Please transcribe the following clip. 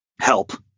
help